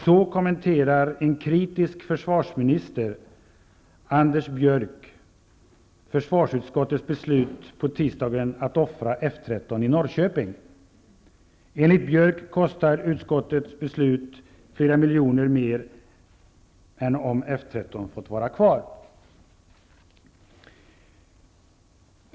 Så kommenterar en kritisk försvarsminister Anders Björck Norrköping.'' Enligt Björck kostar utskottets beslut flera miljoner mer än om F 13 fått vara kvar.